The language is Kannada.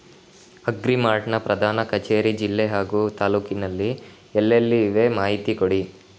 ಅಗ್ರಿ ಮಾರ್ಟ್ ನ ಪ್ರಧಾನ ಕಚೇರಿ ಜಿಲ್ಲೆ ಹಾಗೂ ತಾಲೂಕಿನಲ್ಲಿ ಎಲ್ಲೆಲ್ಲಿ ಇವೆ ಮಾಹಿತಿ ಕೊಡಿ?